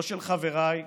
לא של חבריי ואולי,